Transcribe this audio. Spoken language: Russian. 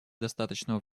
достаточного